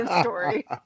...story